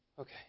Okay